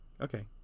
Okay